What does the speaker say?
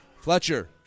Fletcher